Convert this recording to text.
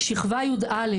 שכבה יא',